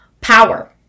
power